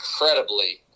incredibly